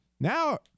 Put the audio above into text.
Now